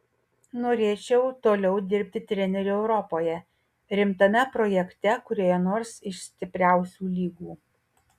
norėčiau toliau dirbti treneriu europoje rimtame projekte kurioje nors iš stipriausių lygų